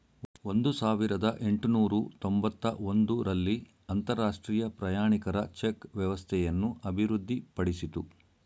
ಒಂದು ಸಾವಿರದ ಎಂಟುನೂರು ತೊಂಬತ್ತ ಒಂದು ರಲ್ಲಿ ಅಂತರಾಷ್ಟ್ರೀಯ ಪ್ರಯಾಣಿಕರ ಚೆಕ್ ವ್ಯವಸ್ಥೆಯನ್ನು ಅಭಿವೃದ್ಧಿಪಡಿಸಿತು